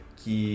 que